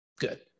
Good